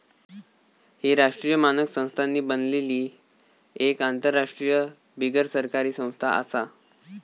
ही राष्ट्रीय मानक संस्थांनी बनलली एक आंतरराष्ट्रीय बिगरसरकारी संस्था आसा